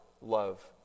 love